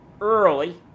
early